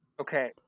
okay